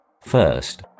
First